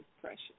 precious